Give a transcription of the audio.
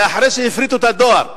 וזה אחרי שהפריטו את הדואר,